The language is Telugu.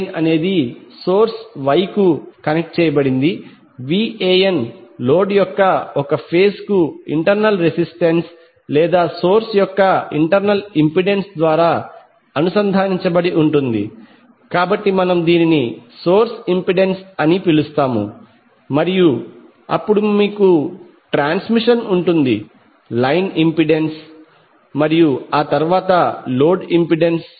Van అనేది సోర్స్ Y కు కనెక్ట్ చేయబడింది Van లోడ్ యొక్క ఒక ఫేజ్ కు ఇంటర్నల్ రెసిస్టెన్స్ లేదా సోర్స్ యొక్క ఇంటర్నల్ ఇంపెడెన్స్ ద్వారా అనుసంధానించబడి ఉంటుంది కాబట్టి మనము దీనిని సోర్స్ ఇంపెడెన్స్ అని పిలుస్తాము మరియు అప్పుడు మీకు ట్రాన్స్మిషన్ ఉంటుంది లైన్ ఇంపెడెన్స్ మరియు ఆ తరువాత లోడ్ ఇంపెడెన్స్